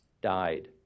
died